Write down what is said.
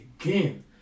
again